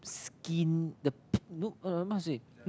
skin the p~ no um how to say